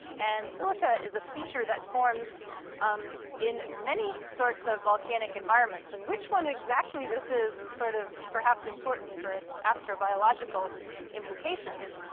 and silica is a feature that forms um in many sorts of volcanic environments, and which one exactly this is is sort of, perhaps, important for its astrobiological implications.